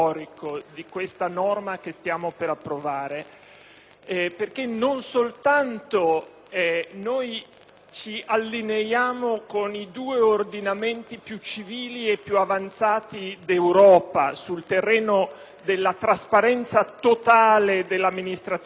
perché non soltanto con essa ci allineiamo con i due ordinamenti più civili e avanzati d'Europa sul terreno della trasparenza totale delle amministrazioni pubbliche, ma combiniamo